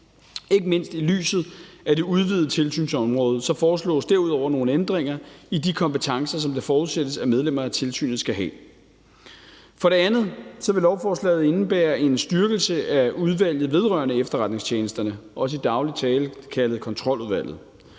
Ikke mindst i lyset af det udvidede tilsynsområde foreslås derudover nogle ændringer i de kompetencer, som det forudsættes at medlemmer af tilsynet skal have. For det andet vil lovforslaget indebære en styrkelse af Udvalget vedrørende Efterretningstjenesterne, i daglig tale også kaldet Kontroludvalget.